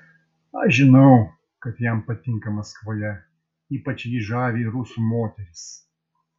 aš žinau kad jam patinka maskvoje ypač jį žavi rusų moterys